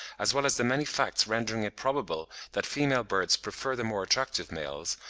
as well as the many facts rendering it probable that female birds prefer the more attractive males,